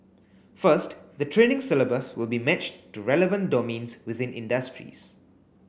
first the training syllabus will be matched to relevant domains within industries